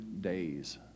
days